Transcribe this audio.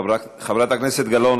חברת הכנסת גלאון,